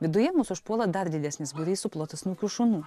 viduje mus užpuola dar didesnis būrys suplotasnukių šunų